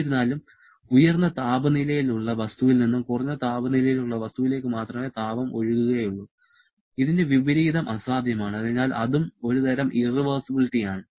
എന്നിരുന്നാലും ഉയർന്ന താപനിലയിലുള്ള വസ്തുവിൽ നിന്ന് കുറഞ്ഞ താപനിലയിലുള്ള വസ്തുവിലേക്ക് മാത്രമേ താപം ഒഴുകുകയുള്ളൂ ഇതിന് വിപരീതം അസാധ്യമാണ് അതിനാൽ അതും ഒരുതരം ഇറവെർസിബിലിറ്റി ആണ്